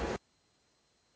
Hvala.